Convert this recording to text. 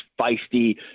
feisty